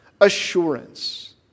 Assurance